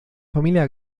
familia